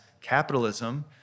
capitalism